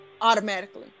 automatically